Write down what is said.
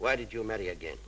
why did you marry again